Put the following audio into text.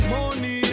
Money